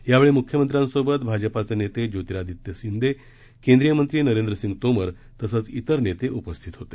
यावेळी मुख्यमंत्र्यांसोबत भाजपचं नेते ज्योतिरादित्य सिंदिया केंद्रीय मंत्री नरेंद्रसिंग तोमर तसंच इतर नेते उपस्थित होते